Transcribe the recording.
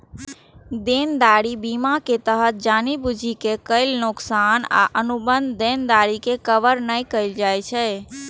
देनदारी बीमा के तहत जानि बूझि के कैल नोकसान आ अनुबंध देनदारी के कवर नै कैल जाइ छै